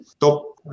top